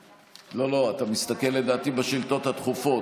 לא, לא, אתה מסתכל, לדעתי, בשאילתות הדחופות.